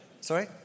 Sorry